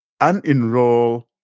unenroll